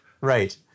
Right